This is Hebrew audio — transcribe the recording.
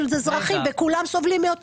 זה אזרחי וכולם סובלים,